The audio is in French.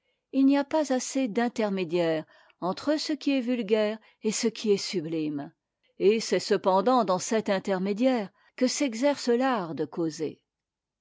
il n'y a pas assez d'intermédiaire entre ce qui est vulgaire et ce qui est sublime et c'est cependant dans cet intermédiaire que s'exerce l'art de causer